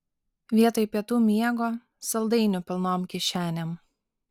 vietoj pietų miego saldainių pilnom kišenėm